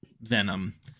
venom